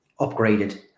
upgraded